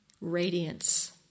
radiance